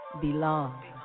belong